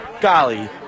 golly